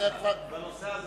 מלה אחת בנושא הזה,